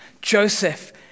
Joseph